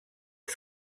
est